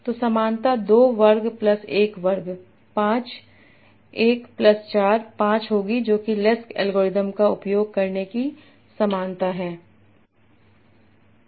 तो समानता 2 वर्ग प्लस 1 वर्ग 5 1 प्लस 4 5 होगी जो कि लेसक एल्गोरिथ्म का उपयोग करने की समानता है